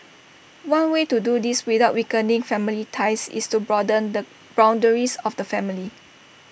one way to do this without weakening family ties is to broaden the boundaries of the family